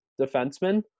defenseman